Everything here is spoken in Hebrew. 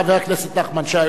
חבר הכנסת נחמן שי,